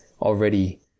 already